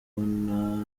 kubona